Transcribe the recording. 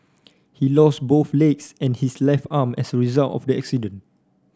he lost both legs and his left arm as a result of the accident